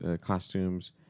costumes